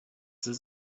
says